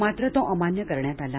मात्र तो अमान्य करण्यात आला